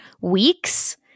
weeks